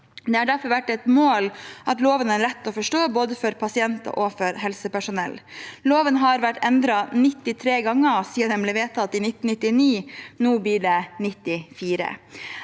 Det har derfor vært et mål at loven er lett å forstå både for pasienter og for helsepersonell. Loven har vært endret 93 ganger siden den ble vedtatt i 1999, nå blir det 94.